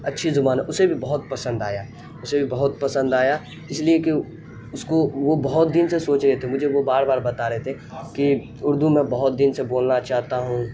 اچھی زبان ہے اسے بہت پسند آیا اسے بھی بہت پسند آیا اس لیے کہ اس کو وہ بہت دن سے سوچ رہے تھے مجھے وہ بار بار بتا رہے تھے کہ اردو میں بہت دن سے بولنا چاہتا ہوں